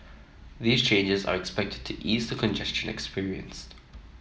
these changes are expected to ease the congestion experienced